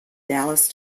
dallas